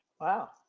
Wow